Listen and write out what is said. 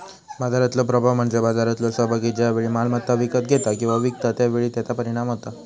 बाजारातलो प्रभाव म्हणजे बाजारातलो सहभागी ज्या वेळी मालमत्ता विकत घेता किंवा विकता त्या वेळी त्याचा परिणाम होता